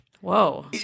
Whoa